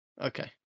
Okay